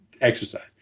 exercise